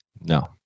No